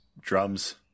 Drums